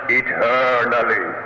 eternally